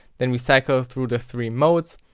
then we cycle through the three modes.